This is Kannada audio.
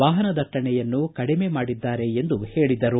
ವಾಹನ ದಟ್ಟಣೆಯನ್ನು ಕಡಿಮೆ ಮಾಡಿದ್ದಾರೆ ಎಂದು ಹೇಳಿದರು